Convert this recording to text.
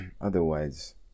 otherwise